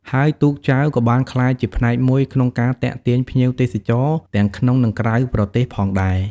ហើយទូកចែវក៏បានក្លាយជាផ្នែកមួយក្នុងការទាក់ទាញភ្ញៀវទេសចរណ៍ទាំងក្នុង និងក្រៅប្រទេសផងដែរ។